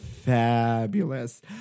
fabulous